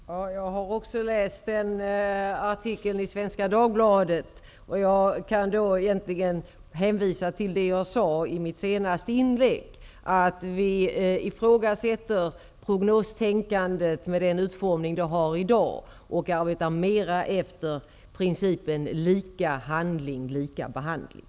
Herr talman! Jag har också läst den ledaren i Svenska Dagbladet. Jag kan hänvisa till det jag sade i mitt senaste inlägg, dvs. att vi ifrågasätter prognostänkandet med den utformning det har i dag och arbetar mera efter principen lika handling -- lika behandling.